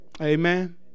Amen